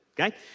okay